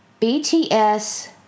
BTS